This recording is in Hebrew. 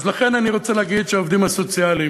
אז לכן אני רוצה להגיד שהעובדים הסוציאליים,